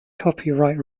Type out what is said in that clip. copyright